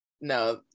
No